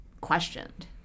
questioned